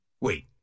Wait